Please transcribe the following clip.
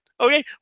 Okay